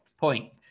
point